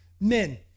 Men